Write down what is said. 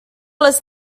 les